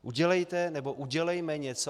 Udělejte, nebo udělejme něco.